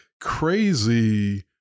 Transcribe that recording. crazy